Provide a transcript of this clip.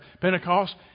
Pentecost